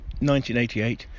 1988